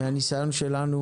מן הניסיון שלנו,